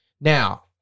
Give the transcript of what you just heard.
Now